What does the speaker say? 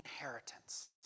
inheritance